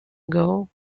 ago